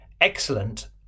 excellent